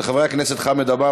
של חברי הכנסת חמד עמאר,